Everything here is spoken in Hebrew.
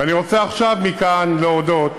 ואני רוצה עכשיו מכאן להודות